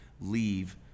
leave